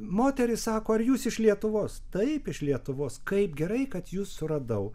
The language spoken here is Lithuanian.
moteris sako ar jūs iš lietuvos taip iš lietuvos kaip gerai kad jus suradau